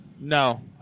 No